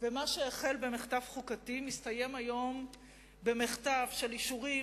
מה שהחל במחטף חוקתי מסתיים היום במחטף של אישורים